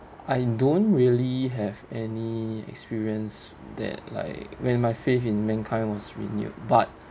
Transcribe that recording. I don't really have any experience that like when my faith in mankind was renewed but